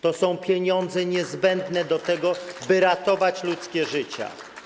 To są pieniądze niezbędne do tego, by ratować ludzkie życia.